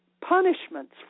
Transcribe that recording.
punishments